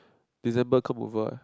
December come over